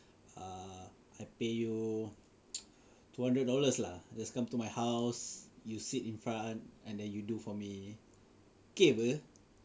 err I pay you two hundred dollars lah just come to my house you sit in front and then you do for me okay [pe]